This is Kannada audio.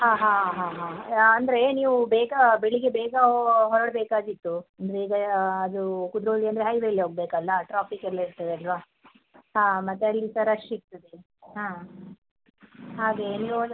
ಹಾಂ ಹಾಂ ಹಾಂ ಹಾಂ ಅಂದರೆ ನೀವು ಬೇಗ ಬೆಳಿಗ್ಗೆ ಬೇಗ ಹೊರಡ್ಬೇಕಾದೀತು ಅಂದರೆ ಈಗ ಅದು ಕುದ್ರೋಳಿ ಅಂದರೆ ಹೈವೇಲ್ಲಿ ಹೋಗಬೇಕಲ್ಲ ಟ್ರಾಫಿಕ್ ಎಲ್ಲ ಇರ್ತದಲ್ಲವಾ ಹಾಂ ಮತ್ತು ಅಲ್ಲಿ ಸಹ ರಶ್ ಇರ್ತದೆ ಹಾಂ ಹಾಗೆ ಎಲ್ಲಿ ಹೋದ್ರೂ